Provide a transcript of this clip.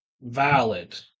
valid